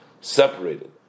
separated